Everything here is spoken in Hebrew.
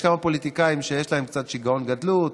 יש כמה פוליטיקאים שיש להם קצת שיגעון גדלות,